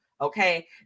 okay